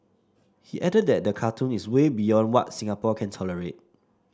he added that the cartoon is way beyond what Singapore will tolerate